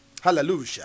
Hallelujah